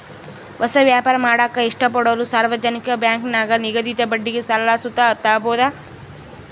ಹೊಸ ವ್ಯಾಪಾರ ಮಾಡಾಕ ಇಷ್ಟಪಡೋರು ಸಾರ್ವಜನಿಕ ಬ್ಯಾಂಕಿನಾಗ ನಿಗದಿತ ಬಡ್ಡಿಗೆ ಸಾಲ ಸುತ ತಾಬೋದು